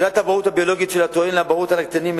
שאלת האבהות הביולוגית של הטוען לאבהות על הקטינים היא